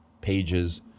pages